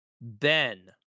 Ben